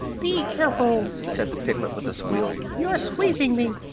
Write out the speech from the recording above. be careful! said the piglet, with a squeal, you're squeezing me!